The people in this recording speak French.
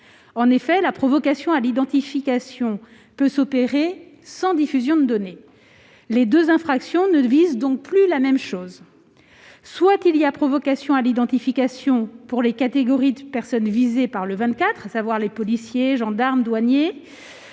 données. La provocation à l'identification peut s'opérer sans diffusion de données. Les deux infractions ne visent donc plus la même chose : soit il y a provocation à l'identification pour les catégories de personnes visées par l'article 24, à savoir les policiers, les gendarmes et les douaniers